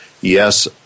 Yes